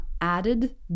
added